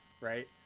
right